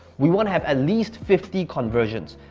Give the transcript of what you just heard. we wanna have at least fifty conversions.